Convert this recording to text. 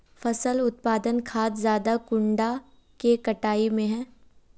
फसल उत्पादन खाद ज्यादा कुंडा के कटाई में है?